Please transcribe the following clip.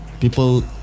people